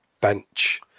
bench